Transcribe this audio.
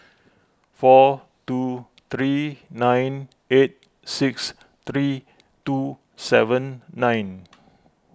four two three nine eight six three two seven nine